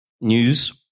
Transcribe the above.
News